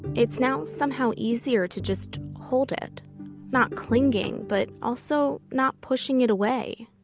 it's now somehow easier to just hold it not clinging, but also not pushing it away.